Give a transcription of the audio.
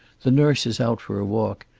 the nurse is out for a walk,